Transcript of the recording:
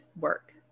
work